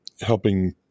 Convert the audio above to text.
helping